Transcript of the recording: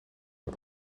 een